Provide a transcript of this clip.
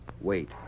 Wait